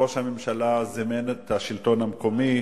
ראש הממשלה זימן את השלטון המקומי,